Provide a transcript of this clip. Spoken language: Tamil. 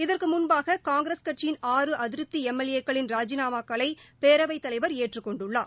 இதற்கு முன்பாக காங்கிரஸ் கட்சியிள் ஆறு அதிருப்தி எம் எல் ஏ க்களின் ராஜிநாமாக்களை பேரவைத் தலைவர் ஏற்றுக் கொண்டுள்ளார்